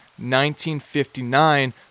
1959